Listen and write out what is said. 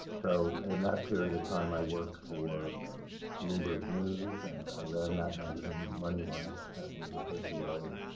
so in that period of time, i worked for bloomberg news and i ran that magazine moneywise that was referred to earlier.